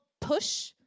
push